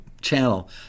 channel